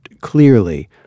clearly